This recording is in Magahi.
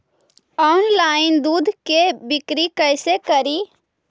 ऑनलाइन दुध के बिक्री कैसे करि?